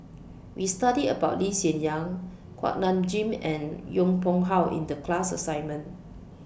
We studied about Lee Hsien Yang Kuak Nam Jin and Yong Pung How in The class assignment